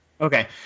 Okay